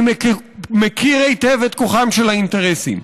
אני מכיר היטב את כוחם של האינטרסים,